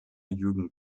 jürgen